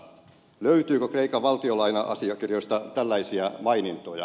löytyykö kreikan valtiolaina asiakirjoista tällaisia mainintoja